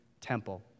temple